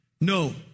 no